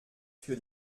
für